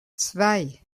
zwei